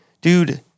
Dude